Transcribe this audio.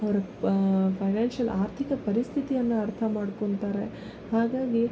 ಅವರು ಫೈನಾನ್ಶಿಯಲ್ ಆರ್ಥಿಕ ಪರಿಸ್ಥಿತಿಯನ್ನು ಅರ್ಥ ಮಾಡ್ಕೊತಾರೆ ಹಾಗಾಗಿ